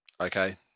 Okay